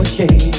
Okay